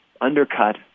undercut